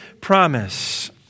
promise